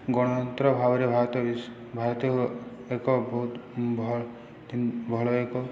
ଗଣତନ୍ତ୍ର ଭାବରେ ଭାରତ ବିଶ ଭାରତୀୟ ଏକ ବହୁତ ଭଲ ଏକ